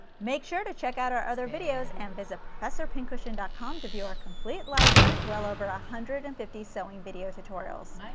make sure to check out our other videos and visit professorpincushion dot com to view our complete library well over a one hundred and fifty sewing video tutorials.